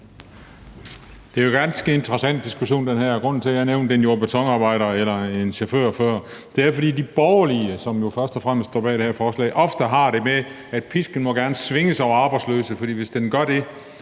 her er jo en ganske interessant diskussion, og grunden til, at jeg nævnte en jord- og betonarbejder og en chauffør før, er, at de borgerlige, som jo først og fremmest står bag det her forslag, ofte har det sådan, at pisken gerne må svinges over arbejdsløse, for hvis den bliver det